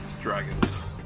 dragons